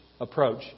approach